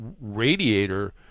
radiator